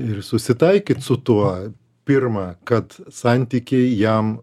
ir susitaikyt su tuo pirma kad santykiai jam